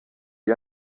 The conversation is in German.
wie